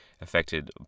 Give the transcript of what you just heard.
affected